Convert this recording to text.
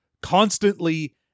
constantly